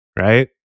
right